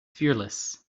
fearless